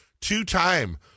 Two-time